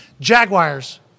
Jaguars